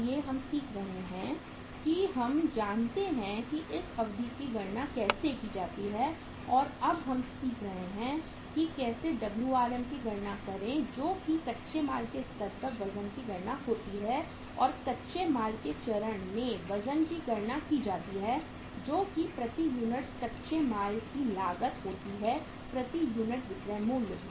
इसलिए हम सीख रहे हैं कि हम जानते हैं कि इस अवधि की गणना कैसे की जाती है और अब हम सीख रहे हैं कि कैसे WRM की गणना करें जो कि कच्चे माल के स्तर पर वजन की गणना होती है और कच्चे माल के चरण के वजन की गणना की जा सकती है जो कि प्रति यूनिट कच्चे माल की लागत भाग होती प्रति यूनिट विक्रय मूल्य